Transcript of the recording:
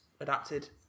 adapted